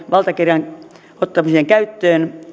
valtakirjan ottamista käyttöön